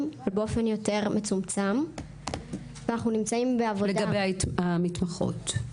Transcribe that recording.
באופן מצומצם --- לגבי המתמחות?